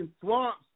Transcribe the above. swamps